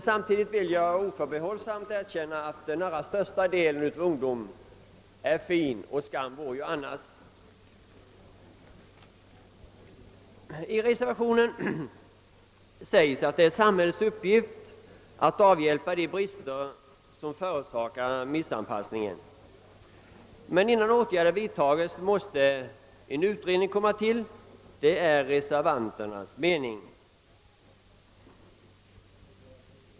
Samtidigt vill jag oförbehållsamt erkänna att den allra största delen av ungdomen är fin, och skam vore ju annars. I reservationen sägs att det är samhällets uppgift att avhjälpa de brister som förorsakar missanpassningen. Men innan åtgärder vidtas måste en utredning komma till stånd; det är reservanternas mening.